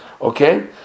Okay